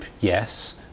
yes